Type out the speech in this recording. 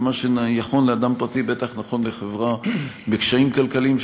ומה שנכון לאדם פרטי בטח נכון לחברה בקשיים כלכליים,